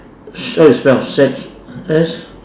how to spell shack S